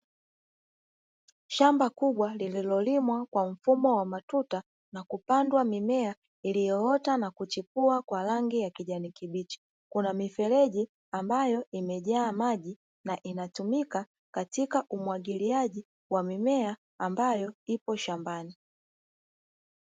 Shamba kubwa lililolimwa kwa mfumo wa matuta na kupandwa mimea iliyoota na kuchipua kwa rangi ya kijani kibichi kuna mifereji ambayo imejaa maji na inatumika katika umwagiliaji wa mimea ambayo ipo shambani.